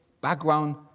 background